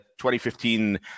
2015